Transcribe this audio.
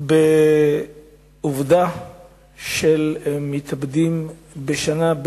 על בין 400 ל-500 מתאבדים בשנה,